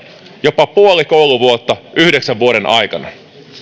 jopa puoli kouluvuotta yhdeksän vuoden aikana